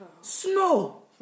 Snow